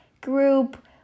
group